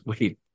wait